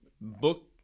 book